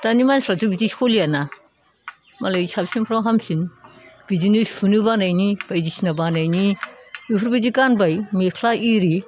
दानि मानसिफ्राथ' बिदि सोलियाना मालाय साबसिननिफ्राय हामसिन बिदिनो सुनोबो बानायनि बायदिसिना बानायनि बेफोरबायदि गानबाय मेख्ला इरि